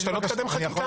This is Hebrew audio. שאתה לא תקדם חקיקה.